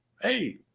Hey